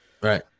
Right